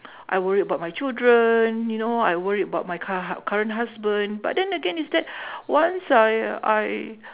I worried about my children you know I worried about my cur~ current husband but then again is that once I I